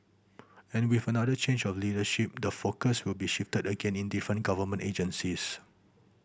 and with another change of leadership the focus will be shifted again in different government agencies